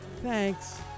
Thanks